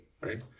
right